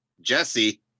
jesse